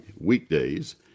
weekdays